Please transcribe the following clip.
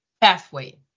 pathway